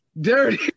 dirty